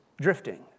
drifting